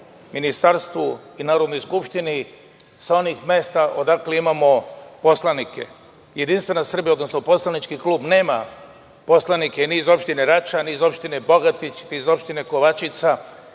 ministarstvu i Narodnoj skupštini sa onih mesta odakle imamo poslanike. Jedinstvena Srbija odnosno poslanički klub nema poslanike ni iz opštine Rača, ni Bogatić, Kovačica